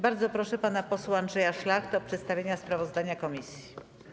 Bardzo proszę pana posła Andrzeja Szlachtę o przedstawienie sprawozdania komisji.